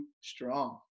strong